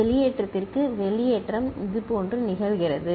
வெளியேற்றத்திற்கு வெளியேற்றம் இதுபோன்று நிகழ்கிறது